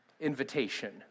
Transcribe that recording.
invitation